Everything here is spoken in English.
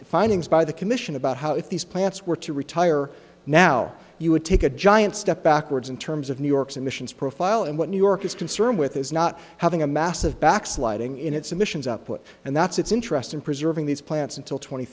the findings by the commission about how if these plants were to retire now you would take a giant step backwards in terms of new york's emissions profile and what new york is concerned with is not having a massive backsliding in its emissions up put and that's its interest in preserving these plants until twenty